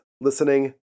listening